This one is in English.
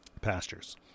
pastures